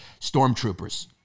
stormtroopers